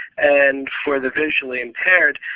and for the visually impaired,